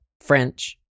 French